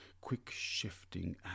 quick-shifting